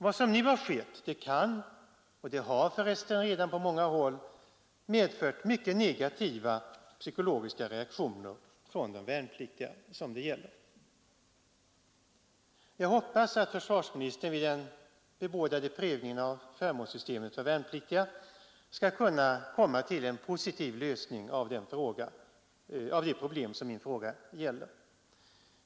Vad som nu har skett kan medföra och har för resten på många håll redan medfört mycket negativa psykologiska reaktioner från de värnpliktiga som det gäller Jag hoppas att försvarsministern vid den bebådade prövningen av förmånssystemet för värnpliktiga skall kunna komma till en positiv lösning av det problem som min fråga avser.